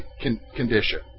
condition